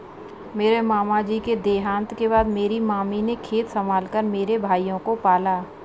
मेरे मामा जी के देहांत के बाद मेरी मामी ने खेत संभाल कर मेरे भाइयों को पाला